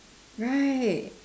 right